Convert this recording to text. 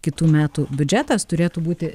kitų metų biudžetas turėtų būti